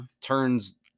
turns